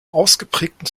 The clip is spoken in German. ausgeprägten